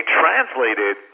translated